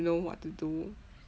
know what do